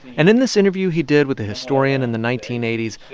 and in this interview he did with a historian in the nineteen eighty s,